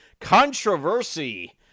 controversy